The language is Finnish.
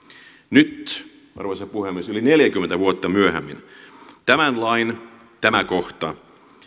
nyt arvoisa puhemies yli neljäkymmentä vuotta myöhemmin tämän lain tämä kohta